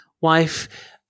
wife